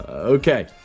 Okay